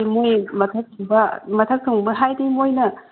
ꯑꯗꯨ ꯃꯣꯏ ꯃꯊꯛꯁꯤꯗ ꯃꯊꯛ ꯊꯣꯡꯕ ꯍꯥꯏꯗꯤ ꯃꯣꯏꯅ